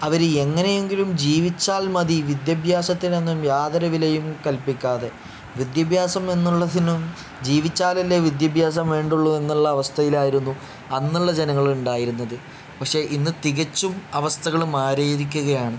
അവർ എങ്ങനെയെങ്കിലും ജീവിച്ചാൽ മതി വിദ്യാഭ്യാസത്തിനൊന്നും യാതൊരു വിലയും കൽപ്പിക്കാതെ വിദ്യാഭ്യാസം എന്നുള്ളതിനും ജീവിച്ചാൽ അല്ലേ വിദ്യാഭ്യാസം വേണ്ടതുള്ളൂ എന്നുള്ള അവസ്ഥയിലായിരുന്നു അന്നുള്ള ജനങ്ങൾ ഉണ്ടായിരുന്നത് പക്ഷെ ഇന്ന് തികച്ചും അവസ്ഥകൾ മാറിയിരിക്കുകയാണ്